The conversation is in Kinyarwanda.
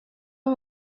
w’u